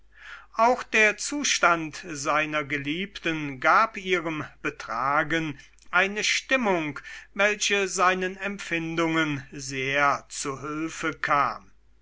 auch der zustand seiner geliebten gab ihrem betragen eine stimmung welche seinen empfindungen sehr zu hülfe kam